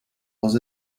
was